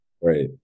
right